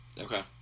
Okay